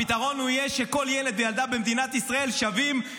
הפתרון יהיה שכל ילד וילדה במדינת ישראל שווים,